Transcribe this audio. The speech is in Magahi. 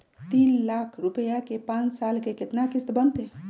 तीन लाख रुपया के पाँच साल के केतना किस्त बनतै?